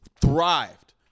thrived